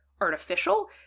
artificial